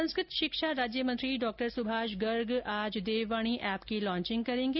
संस्कृत शिक्षा राज्य मंत्री डॉ सुभाष गर्ग आज देववाणी एप की लॉचिंग करेंगे